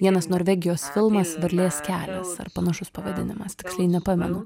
vienas norvegijos filmas varlės kelias ar panašus pavadinimas tiksliai nepamenu